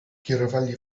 kierowali